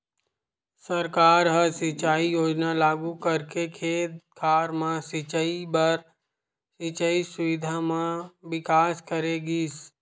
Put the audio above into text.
सरकार ह सिंचई योजना लागू करके खेत खार म सिंचई बर सिंचई सुबिधा म बिकास करे गिस